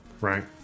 Right